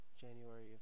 January